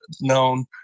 known